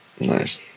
Nice